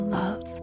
love